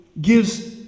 gives